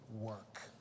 work